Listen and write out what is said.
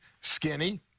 skinny